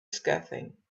scathing